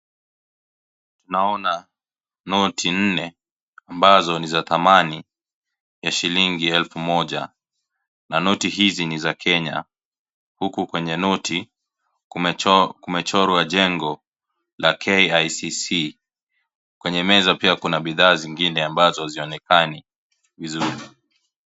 Tunaona noti nne ambazo ni za thamani ya shilingi elfu moja na noti hizi ni za Kenya huku kwenye noti kumechorwa jengo la KICC, kwenye meza pia kuna bidhaa zingine ambazo hazionekani vizuri.